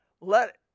let